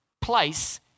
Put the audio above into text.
place